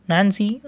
Nancy